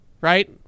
right